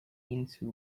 into